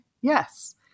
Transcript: yes